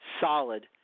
solid